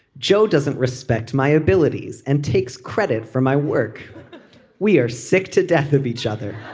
joe doesn't respect my abilities and takes credit for my work we are sick to death of each other